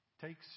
takes